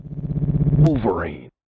Wolverine